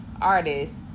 Artists